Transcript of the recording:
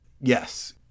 Yes